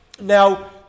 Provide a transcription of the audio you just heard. Now